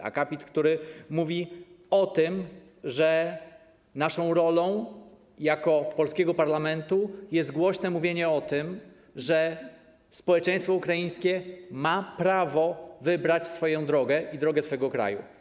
Ten akapit mówi o tym, że naszą rolą jako polskiego parlamentu jest głośne mówienie o tym, że społeczeństwo ukraińskie ma prawo wybrać swoją drogę, drogę swojego kraju.